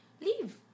leave